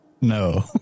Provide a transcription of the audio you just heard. no